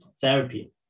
therapy